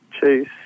chase